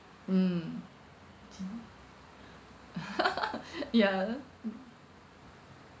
mm ya